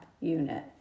unit